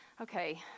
okay